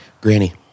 Granny